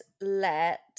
let